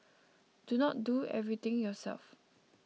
do not do everything yourself